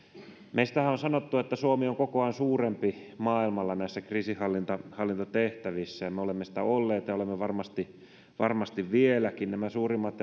meistähän on sanottu että suomi on kokoaan suurempi maailmalla näissä kriisinhallintatehtävissä ja me olemme sitä olleet ja olemme varmasti varmasti vieläkin suurimmat